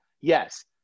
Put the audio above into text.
yes